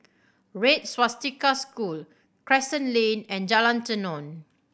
Red Swastika School Crescent Lane and Jalan Tenon